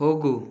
ಹೋಗು